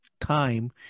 time